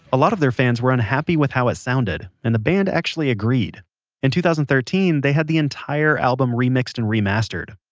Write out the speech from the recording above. a lot of their fans were unhappy with how it sounded, and the band actually agreed in two thousand and thirteen, they had the entire album remixed and remastered.